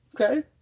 Okay